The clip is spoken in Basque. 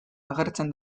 agertzen